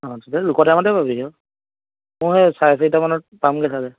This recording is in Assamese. অঁ তেতিয়া জোখৰ টাইমতে পাবিগৈ আৰু মই সেই চাৰে চাৰিটামানত পামগৈ চাগে